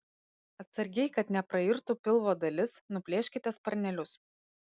atsargiai kad neprairtų pilvo dalis nuplėškite sparnelius